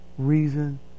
reason